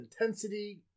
Intensity